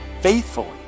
faithfully